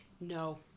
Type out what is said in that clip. No